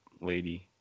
lady